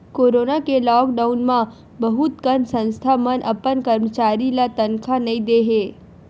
corona के lockdown म बहुत कन संस्था मन अपन करमचारी ल तनखा नइ दे हे